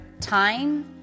time